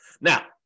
Now